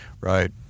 right